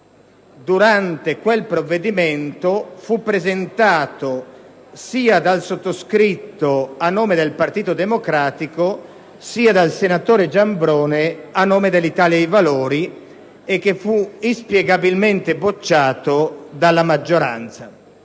di quel provvedimento, fu presentato sia dal sottoscritto, a nome del Partito Democratico, sia dal senatore Giambrone, a nome dell'Italia dei Valori, e che fu inspiegabilmente bocciato dalla maggioranza.